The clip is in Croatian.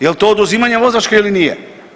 Je li to oduzimanje vozačke ili nije?